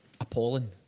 appalling